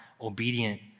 obedient